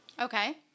Okay